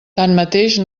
tanmateix